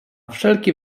wszelki